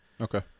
Okay